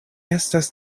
estas